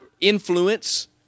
influence